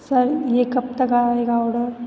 sir यह कब तक आएगा ऑर्डर